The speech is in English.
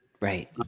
Right